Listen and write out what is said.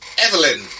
Evelyn